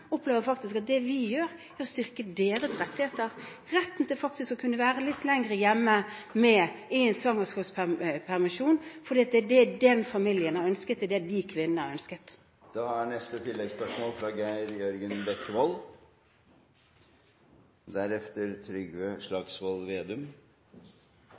faktisk opplever at det vi gjør, er å styrke deres rettigheter, retten til faktisk å kunne være litt lenger hjemme med barnet i en svangerskapspermisjon, fordi det er det den familien har ønsket, det er det de kvinnene har ønsket.